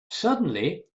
suddenly